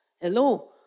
Hello